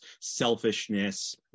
selfishness